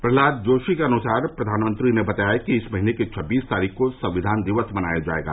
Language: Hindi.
प्रह्लाद जोशी के अनुसार प्रधानमंत्री ने बताया कि इस महीने की छब्बीस तारीख को संविधान दिवस मनाया जाएगा